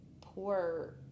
poor